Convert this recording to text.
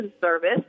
service